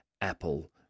Apple